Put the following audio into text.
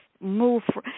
move